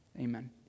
Amen